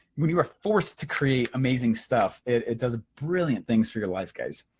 when you are forced to create amazing stuff, it does brilliant things for your life guys.